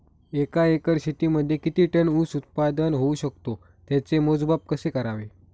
एका एकर शेतीमध्ये किती टन ऊस उत्पादन होऊ शकतो? त्याचे मोजमाप कसे करावे?